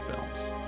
films